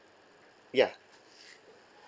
ya